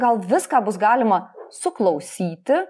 gal viską bus galima suklausyti